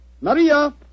Maria